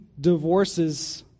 divorces